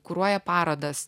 kuruoja parodas